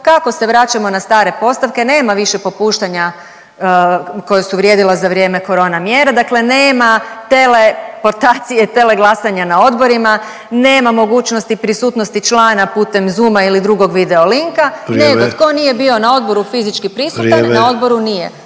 kako se vraćamo na stare postavke, nema više popuštanja koja su vrijedila za vrijeme korona mjera, dakle nema tele portacije, tele glasanja na odborima, nema mogućnosti prisutnosti člana putem zooma ili drugog video linka…/Upadica Sanader: Vrijeme/…nema, tko nije bio na odboru fizički prisutan…/Upadica